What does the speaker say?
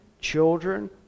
children